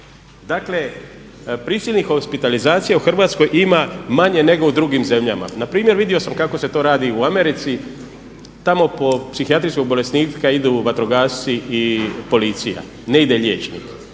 Dakle prisilnih hospitalizacija u Hrvatskoj ima manje nego u drugim zemljama. Npr. vidio sam kako se to radi u Americi. Tamo po psihijatrijskog bolesnika idu vatrogasci i policija, ne ide liječnik.